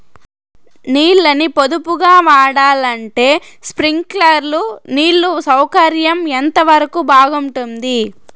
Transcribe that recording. నీళ్ళ ని పొదుపుగా వాడాలంటే స్ప్రింక్లర్లు నీళ్లు సౌకర్యం ఎంతవరకు బాగుంటుంది?